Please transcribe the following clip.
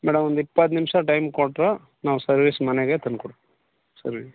madam ಒಂದು ಇಪ್ಪತ್ತು ನಿಮಿಷ ಟೈಮ್ ಕೊಟ್ಟರೆ ನಾವು ಸರ್ವಿಸ್ ಮನೆಗೆ ತಂದ್ಕೊಡ್ ಸರ್ವಿ